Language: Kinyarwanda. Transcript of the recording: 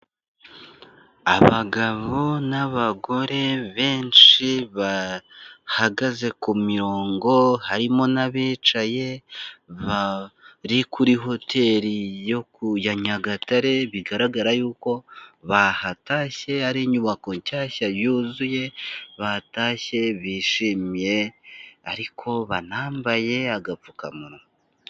Abagabo n'abagore benshi bahagaze ku mirongo, harimo n'abicaye, bari kuri hotel yo ku ya Nyagatare bigaragara y'uko hatashywe ari inyubako nshyashya yuzuye, batashye bishimye ariko banambaye agapfukamunwa.